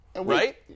Right